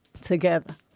together